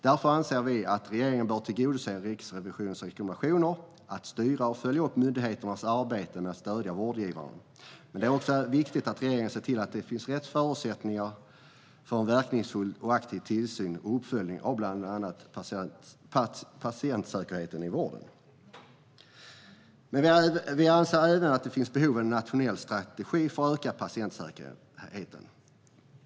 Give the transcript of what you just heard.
Därför anser vi att regeringen bör tillgodose Riksrevisionens rekommendation att styra och följa upp myndigheternas arbete med att stödja vårdgivarna. Det är också viktigt att regeringen ser till att rätt förutsättningar finns för en verkningsfull och aktiv tillsyn och uppföljning av bland annat patientsäkerhet inom vården. Vi anser även att det finns ett behov av en nationell strategi för att öka patientsäkerheten.